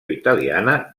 italiana